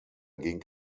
ging